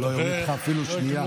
שלא תרד לך אפילו שנייה.